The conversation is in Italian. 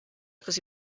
così